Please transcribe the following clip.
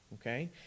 okay